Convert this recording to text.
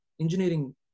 engineering